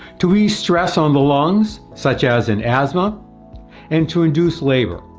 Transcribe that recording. to ease stress on the lungs such as in asthma and to induce labor.